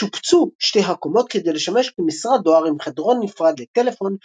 שופצו שתי הקומות כדי לשמש כמשרד דואר עם חדרון נפרד לטלפון,